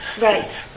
right